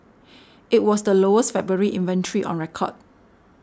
it was the lowest February inventory on record